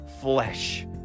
flesh